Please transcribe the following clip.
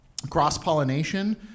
cross-pollination